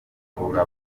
rikura